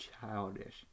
childish